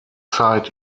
zeit